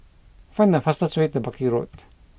find the fastest way to Buckley Road